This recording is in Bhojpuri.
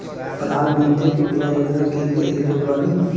प्रधानमंत्री उज्जवला योजना के लिए एलिजिबल बानी?